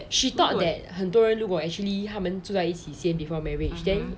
she thought that 很多如果 actually 他们住在一起 said before marriage then